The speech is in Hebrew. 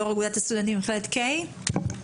יושב-ראש אגודת הסטודנטים במכללת קיי,